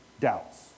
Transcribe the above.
doubts